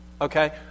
okay